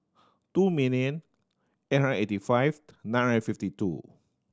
two million eight hundred eighty five nine hundred fifty two